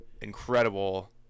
incredible